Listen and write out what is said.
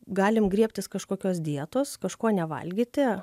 galim griebtis kažkokios dietos kažko nevalgyti